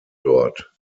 dort